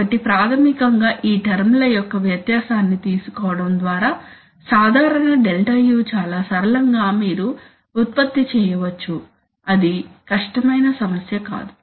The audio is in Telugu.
కాబట్టి ప్రాథమికంగా ఈ టర్మ్ ల యొక్క వ్యత్యాసాన్ని తీసుకోవడం ద్వారా సాధారణ Δu చాలా సరళంగా మీరు ఉత్పత్తి చేయవచ్చు అది కష్టమైన సమస్య కాదు